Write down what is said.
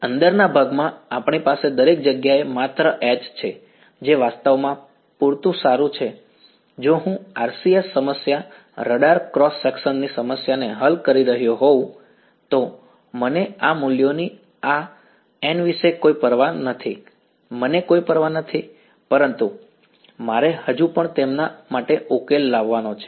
અંદરના ભાગમાં આપણી પાસે દરેક જગ્યાએ માત્ર H છે જે વાસ્તવમાં પૂરતું સારું છે જો હું RCS સમસ્યા રડાર ક્રોસ સેક્શન ની સમસ્યાને હલ કરી રહ્યો હોઉં તો મને આ મૂલ્યોની આ n વિશે કોઈ પરવા નથી મને કોઈ પરવા નથી પરંતુ મારે હજુ પણ તેમના માટે ઉકેલ લાવવાનો છે